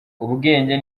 ubwenge